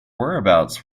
whereabouts